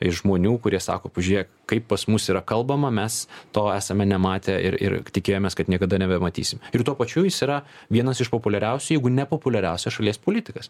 iš žmonių kurie sako pažiūrėk kaip pas mus yra kalbama mes to esame nematę ir ir tikėjomės kad niekada nebematysim ir tuo pačiu jis yra vienas iš populiariausių jeigu ne populiariausias šalies politikas